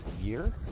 year